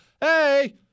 Hey